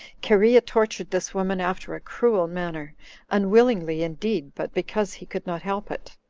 cherea tortured this woman after a cruel manner unwillingly indeed, but because he could not help it.